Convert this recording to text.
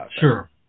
Sure